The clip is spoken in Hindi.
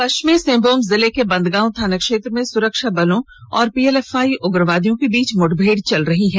पश्चिम सिंहभूम जिले के बंदगांव थाना क्षेत्र में सुरक्षा बलों और पीएलएफआई उग्रवादियों के बीच मुठभेड़ चल रही है